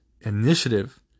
initiative